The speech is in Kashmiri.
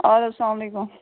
اَدٕ حَظ سلام علیکُم